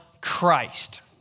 Christ